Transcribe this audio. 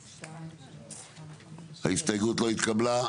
6 נמנעים, 0 ההסתייגות לא התקבלה.